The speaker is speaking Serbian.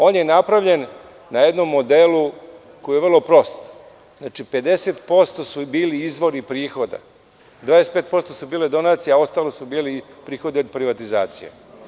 On je napravljen po jednom modelu koji je vrlo prost – 50% su bili izvori prihoda, 25% su bile donacije a ostalo su bili prihodi od privatizacije.